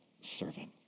servant